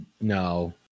no